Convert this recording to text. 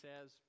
says